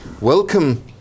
Welcome